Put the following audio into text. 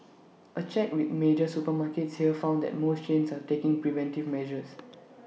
A check with major supermarkets here found that most chains are taking preventive measures